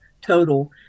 total